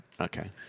Okay